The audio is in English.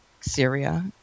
Syria